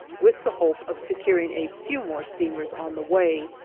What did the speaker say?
with the hope of securing a few more steamers on the way.